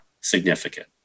significant